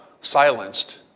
silenced